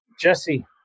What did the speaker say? jesse